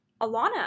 Alana